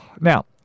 Now